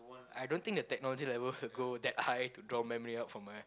I don't think the technology level could go that high to draw memory out from a